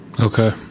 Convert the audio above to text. Okay